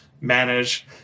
manage